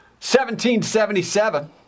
1777